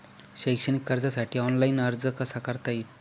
शैक्षणिक कर्जासाठी ऑनलाईन अर्ज कसा करता येईल?